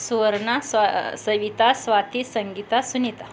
सुवर्ना स्वा सविता स्वाती संगीता सुनीता